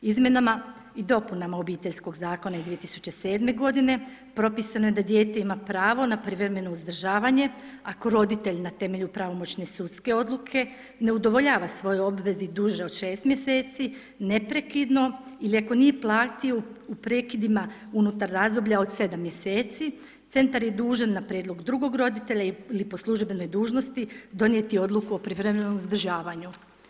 Izmjenama i dopunama Obiteljskog zakona iz 2007. godine propisano je da dijete ima pravo na privremeno uzdržavanje ako roditelj na temelju pravomoćne sudske odluke ne udovoljava svojoj obvezi duže od šest mjeseci neprekidno ili ako nije platio u prekidima unutar razdoblja od sedam mjeseci, centar je dužan na prijedlog drugog roditelja ili po službenoj dužnosti donijeti odluku o privremenom uzdržavanju.